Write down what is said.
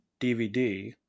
DVD